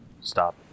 stop